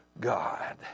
God